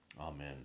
amen